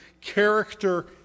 character